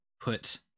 put